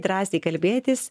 drąsiai kalbėtis